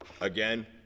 again